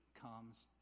comes